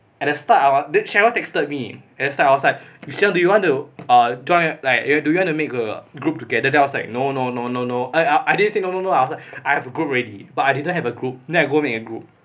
and I start i~ cheryl texted me at the start it was like that yu xiang do you want to uh join like uh do you want to make a group together I was like no no no no no I I didn't say no no after I have a group already but I didn't have a group then I go make a group